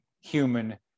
human